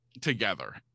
together